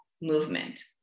movement